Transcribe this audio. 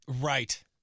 Right